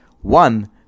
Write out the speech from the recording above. One